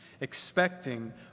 expecting